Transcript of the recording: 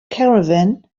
caravan